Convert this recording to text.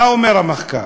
מה אומר המחקר?